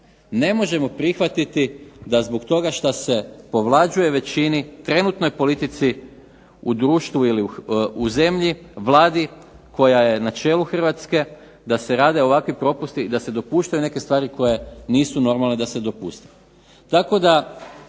Ne možemo prihvatiti da zbog toga što se povlađuje većini, trenutnoj politici u društvu ili zemlji ili Vladi koja je na čelu Hrvatske da se rade ovakvi propusti i da se dopuštaju neke stvari koje nisu normalne da se dopuste.